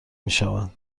میشوند